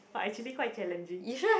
but actually quite challenging